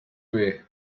way